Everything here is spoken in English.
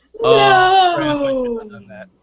No